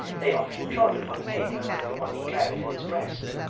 they often trod upon a paper like the one he carried in his breast,